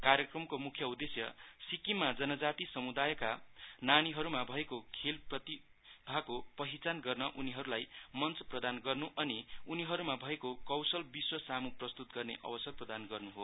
कार्यक्रमको मुख्य उद्देश्य सिक्किममा जनजाति समुदायका नानीहरुमा भएको खेल प्रतिभाको पहिचान गर्न उनीहरुलाई मञ्च प्रदान गर्न् अनि उनीहरुमा भएको कोशल विश्व साम् प्रस्तुत गर्ने अवसर प्रदान गर्न् हो